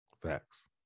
Facts